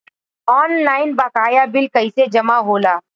Online बकाया bill कैसे जमा होला?